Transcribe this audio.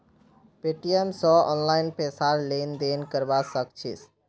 Paytm स online पैसार लेन देन करवा सक छिस